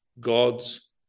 God's